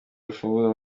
urufunguzo